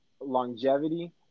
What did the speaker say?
longevity